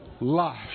life